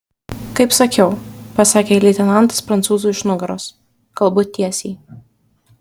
kaip sakiau pasakė leitenantas prancūzui už nugaros kalbu tiesiai